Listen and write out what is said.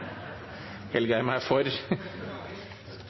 mangler her. For